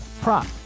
prop